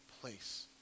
place